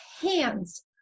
hands